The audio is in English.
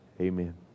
amen